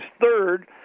third